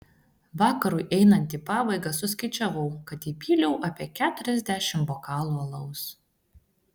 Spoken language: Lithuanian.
vakarui einant į pabaigą suskaičiavau kad įpyliau apie keturiasdešimt bokalų alaus